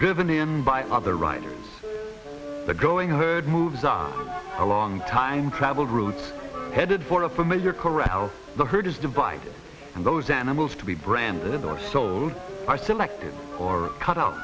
given him by other writers the growing herd moves on a long time travel routes headed for a familiar corral the herd is divided and those animals to be branded or sold are selected or cut out